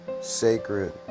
sacred